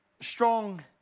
strong